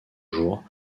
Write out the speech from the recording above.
jours